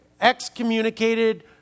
excommunicated